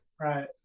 Right